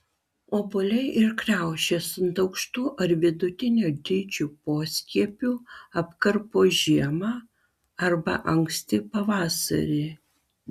obuoliai ir kriaušės ant aukštų ar vidutinio dydžio poskiepių apkarpo žiemą arba anksti pavasarį